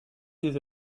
des